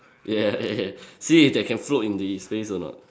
yeah yeah see if they can float in the space or not